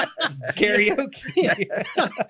karaoke